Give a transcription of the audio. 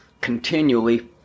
continually